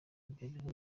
imibereho